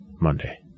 Monday